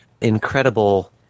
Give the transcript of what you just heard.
incredible